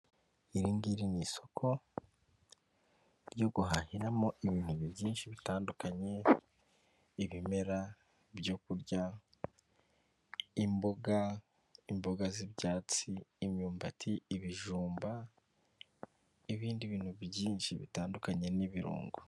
lri ngiri ni isoko ryo guhahiramo ibintu byinshi bitandukanye, ibimera byo kurya, imboga z'ibyatsi, imyumbati, ibijumba n'ibindi bintu byinshi bitandukanye n'ibirungo.